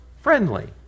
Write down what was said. friendly